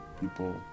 People